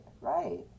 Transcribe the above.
right